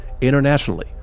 internationally